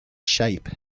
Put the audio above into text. shape